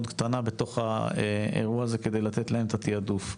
קטנה בתוך האירוע הזה כדי לתת להם את התעדוף.